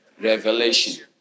revelation